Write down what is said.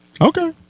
Okay